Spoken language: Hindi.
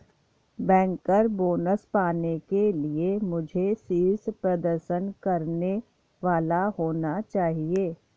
बैंकर बोनस पाने के लिए मुझे शीर्ष प्रदर्शन करने वाला होना चाहिए